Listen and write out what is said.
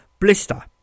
Blister